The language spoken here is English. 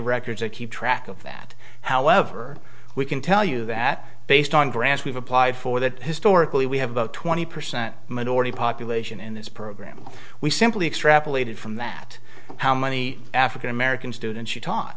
records or keep track of that however we can tell you that based on grants we've applied for that historically we have about twenty percent minority population in this program we simply extrapolated from that how many african american students are taught